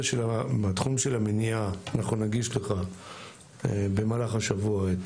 בתחום של המניעה אנחנו נגיש לך במהלך השבוע את